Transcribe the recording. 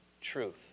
truth